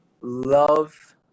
Love